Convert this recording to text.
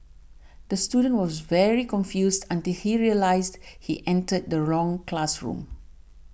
the student was very confused until he realised he entered the wrong classroom